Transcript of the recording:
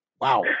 Wow